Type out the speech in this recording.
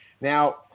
Now